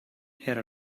era